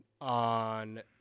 on